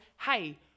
hey